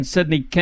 Sydney